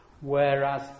Whereas